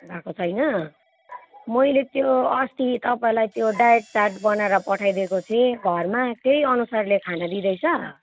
भएको छैन मैले त्यो अस्ती तपाईँलाई त्यो डाइट चार्ट बनाएर पठाइदिएको थिएँ घरमा त्यही अनुसारले खान दिँदैछ